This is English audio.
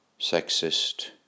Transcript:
sexist